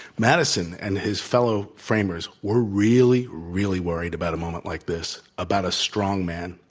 madison and his fellow framers were really, really worried about a moment like this, about a strong man,